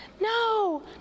no